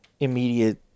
immediate